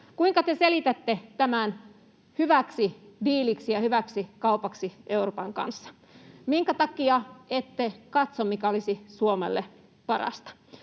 Kuinka te selitätte tämän hyväksi diiliksi ja hyväksi kaupaksi Euroopan kanssa? Minkä takia ette katso, mikä olisi Suomelle parasta?